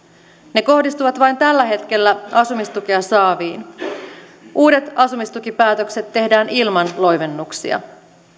ne kohdistuvat vain tällä hetkellä asumistukea saaviin uudet asumistukipäätökset tehdään ilman loivennuksia